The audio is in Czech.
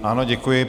Ano, děkuji.